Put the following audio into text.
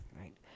Right